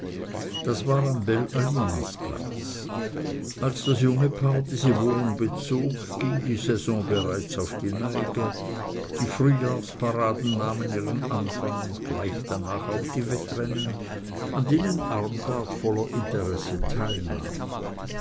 das war am belle-alliance-platz als das junge paar diese wohnung bezog ging die saison bereits auf die neige die frühjahrsparaden nahmen ihren anfang und gleich danach auch die wettrennen an denen armgard voller interesse teilnahm